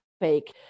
fake